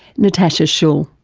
natasha schull